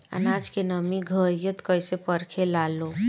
आनाज के नमी घरयीत कैसे परखे लालो?